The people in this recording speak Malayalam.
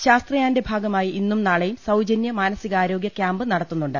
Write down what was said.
ശാസ്ത്രയാന്റെ ഭാഗമായി ഇന്നും നാളെയും സൌജന്യ മാനസികാരോഗ്യ ക്യാമ്പ് നടത്തുന്നുണ്ട്